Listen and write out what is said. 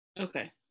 okay